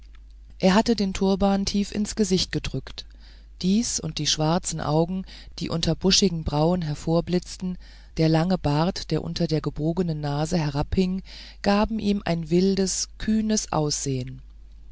er hatte den turban tief ins gesicht gedrückt dies und die schwarzen augen die unter buschigen brauen hervorblitzten der lange bart der unter der gebogenen nase herabhing gaben ihm ein wildes kühnes aussehen